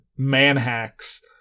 manhacks